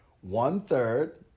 one-third